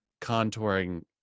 contouring